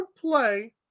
play